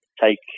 take